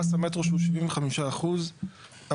מס המטרו שהוא 75% עבר.